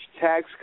tax